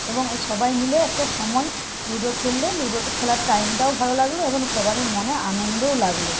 এবং এ সবাই মিলে একটা সময় লুডো খেললে লুডোটা খেলার টাইমটাও ভালো লাগল এবং সবারই মনে আনন্দও লাগল